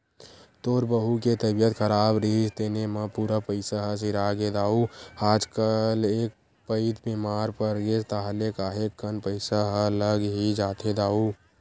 तोर बहू के तबीयत खराब रिहिस तेने म पूरा पइसा ह सिरागे दाऊ आजकल एक पइत बेमार परगेस ताहले काहेक कन पइसा ह लग ही जाथे दाऊ